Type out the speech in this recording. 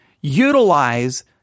utilize